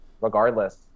regardless –